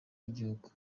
w’igihugu